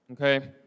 okay